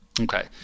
Okay